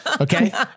okay